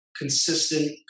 consistent